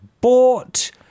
bought